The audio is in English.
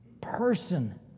person